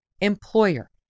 employer